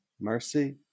Mercy